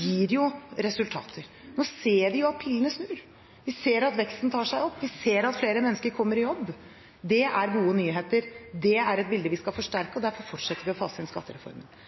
gir jo resultater. Nå ser vi at pilene snur. Vi ser at veksten tar seg opp. Vi ser at flere mennesker kommer i jobb. Det er gode nyheter. Det er et bilde vi skal forsterke, og derfor fortsetter vi å fase inn skattereformen.